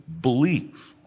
believe